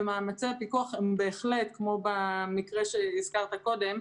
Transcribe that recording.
מאמצי הפיקוח הם בהחלט כמו במקרה שהזכרת קודם,